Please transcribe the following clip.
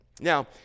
Now